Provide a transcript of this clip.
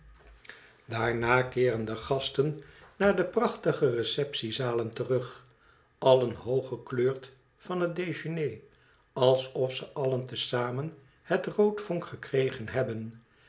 daarna keeren de gasten naar de prachtige receptiezalen terug allen hooggekleurd van het dejeuner alsof ze allen te zamen het roodvonk gekregen hadden